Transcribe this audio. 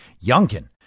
Youngkin